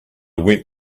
went